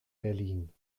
berlin